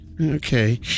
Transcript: Okay